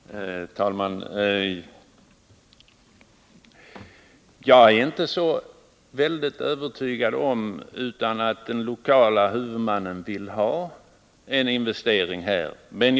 Herr talman! Jag är inte så övertygad som kommunikationsministern om att den lokala trafikhuvudmannen är emot detta och inte vill ha en sådan här investering.